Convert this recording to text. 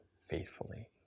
faithfully